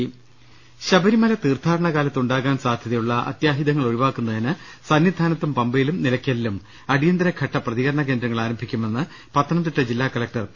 ്്്്്് ശബരിമല തീർത്ഥാടന കാലത്ത് ഉണ്ടാകാൻ സാധൃതയുള്ള അത്യാ ഹിതങ്ങൾ ഒഴിവാക്കുന്നതിന് സന്നിധാനത്തും പമ്പയിലും നിലയ്ക്കലിലും അടി യന്തരഘട്ട പ്രതികരണ കേന്ദ്രങ്ങൾ ആരംഭിക്കുമെന്ന് പത്തനംതിട്ട് ജില്ലാകലക്ടർ പി